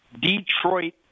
Detroit